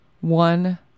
One